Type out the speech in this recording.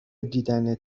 دیدنت